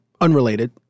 Unrelated